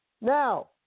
Now